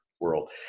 world